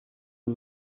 the